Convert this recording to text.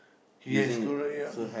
yes correct yup